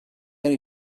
only